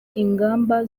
ingamba